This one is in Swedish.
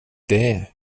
det